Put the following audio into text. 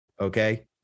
okay